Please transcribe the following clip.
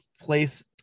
place